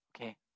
Okay